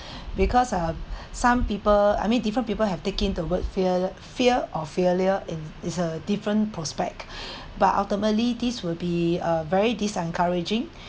because ah some people I mean different people have taken the word fear fear of failure in is a different prospect but ultimately this will be uh very dis encouraging